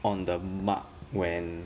on the mark when